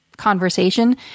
conversation